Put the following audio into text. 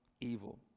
evil